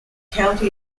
county